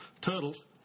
Turtles